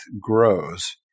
grows